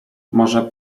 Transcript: może